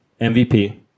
MVP